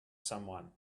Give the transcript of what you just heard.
someone